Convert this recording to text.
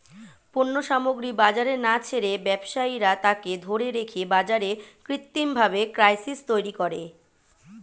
পণ্য সামগ্রী বাজারে না ছেড়ে ব্যবসায়ীরা তাকে ধরে রেখে বাজারে কৃত্রিমভাবে ক্রাইসিস তৈরী করে